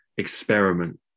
experiment